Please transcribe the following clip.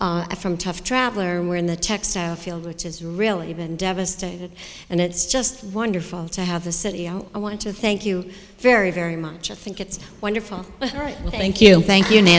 a from tough traveler where in the textile field which is really we've been devastated and it's just wonderful to have the city i want to thank you very very much i think it's wonderful thank you thank you